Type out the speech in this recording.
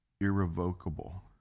irrevocable